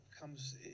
comes